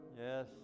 Yes